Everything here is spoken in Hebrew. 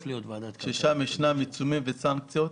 ששם יש עיצומים וסנקציות.